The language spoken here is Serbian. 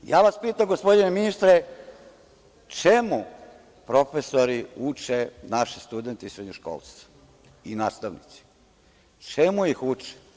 Pitam vas, gospodine ministre, čemu profesori uče naše studente i srednjoškolce i nastavnici, čemu ih uče?